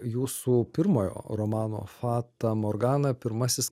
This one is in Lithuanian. jūsų pirmojo romano fata morgana pirmasis